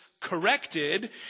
corrected